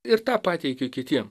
ir tą pateikiu kitiem